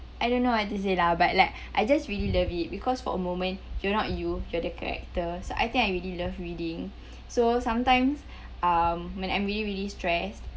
I don't know what to say lah but like I just really love it because for a moment you're not you you're the character so I think I really love reading so sometimes um when I'm really really stressed